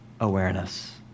awareness